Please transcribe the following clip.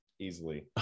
Easily